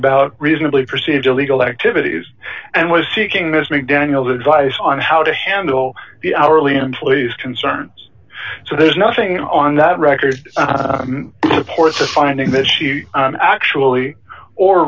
about reasonably perceived illegal activities and was seeking this mcdaniels advice on how to handle the hourly employees concerns so there's nothing on that record supports a finding that she actually or